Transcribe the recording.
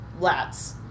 lats